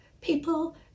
People